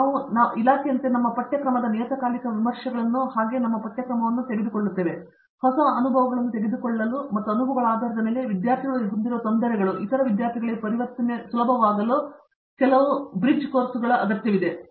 ಮತ್ತು ನಾವು ಇಲಾಖೆಯಂತೆ ನಮ್ಮ ಪಠ್ಯಕ್ರಮದ ನಿಯತಕಾಲಿಕ ವಿಮರ್ಶೆಗಳನ್ನು ಹಾಗೆಯೇ ನಮ್ಮ ಪಠ್ಯಕ್ರಮವನ್ನು ತೆಗೆದುಕೊಂಡಿದ್ದಾರೆ ಮತ್ತು ಹೊಸ ಅನುಭವಗಳನ್ನು ತೆಗೆದುಕೊಳ್ಳಲು ಮತ್ತು ಅನುಭವಗಳ ಆಧಾರದ ಮೇಲೆ ವಿದ್ಯಾರ್ಥಿಗಳು ಹೊಂದಿರುವ ತೊಂದರೆಗಳು ಇಂತಹ ವಿದ್ಯಾರ್ಥಿಗಳಿಗೆ ಪರಿವರ್ತನೆ ಸುಲಭವಾಗಿಸಲು ಕೆಲವು ಸೇತುವೆಯ ಕೋರ್ಸ್ಗಳು ಅಗತ್ಯವಿದೆ